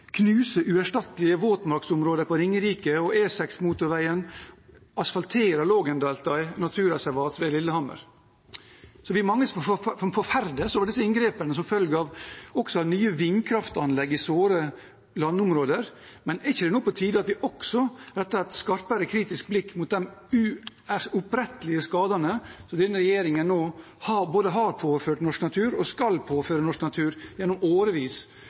knuse uerstattelige våtmarksområder på Ringerike, og E6-motorveien asfalterer Lågendeltaet naturreservat ved Lillehammer. Vi er mange som forferdes over disse inngrepene som følger også av nye vindkraftanlegg i sårbare landområder, men er det ikke nå også på tide at vi retter et skarpere kritisk blikk mot de uopprettelige skadene som denne regjeringen både har påført norsk natur og skal påføre norsk natur gjennom årevis